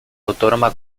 autónoma